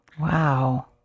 Wow